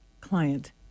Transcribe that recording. client